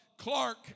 Clark